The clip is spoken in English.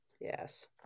yes